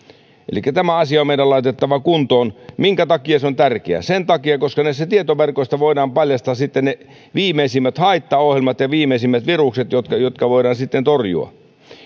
elikkä tämä asia on meidän laitettava kuntoon minkä takia se on tärkeää sen takia että näistä tietoverkoista voidaan paljastaa sitten ne viimeisimmät haittaohjelmat ja viimeisimmät virukset jotka jotka voidaan torjua